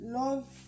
love